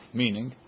meaning